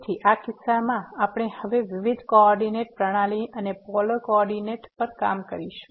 તેથી આ કિસ્સામાં આપણે હવે વિવિધ કોઓર્ડિનેટ પ્રણાલી અને પોલર કોઓર્ડિનેટ પર કામ કરીશું